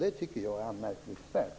Det är anmärkningsvärt.